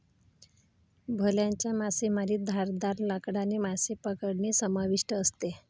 भाल्याच्या मासेमारीत धारदार लाकडाने मासे पकडणे समाविष्ट असते